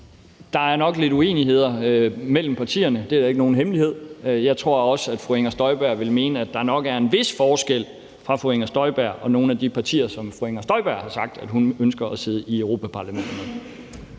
Der er nok lidt uenigheder mellem partierne, det er ikke nogen hemmelighed. Jeg tror også, at fru Inger Støjberg vil mene, at der nok er en vis forskel på fru Inger Støjberg og nogle af de partier, som fru Inger Støjberg har sagt at hun ønsker at sidde i Europa-Parlamentet med.